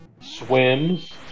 swims